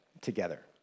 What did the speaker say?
together